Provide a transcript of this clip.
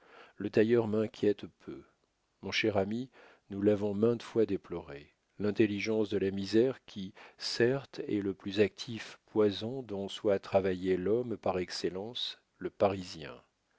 le tailleur m'inquiète peu mon cher ami nous l'avons maintes fois déploré l'intelligence de la misère qui certes est le plus actif poison dont soit travaillé l'homme par excellence le parisien